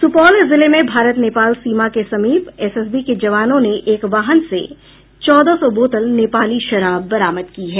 सुपौल जिले में भारत नेपाल सीमा के समीप एसएसबी के जवानों ने एक वाहन से चौदह सौ बोतल नेपाली शराब बरामद की है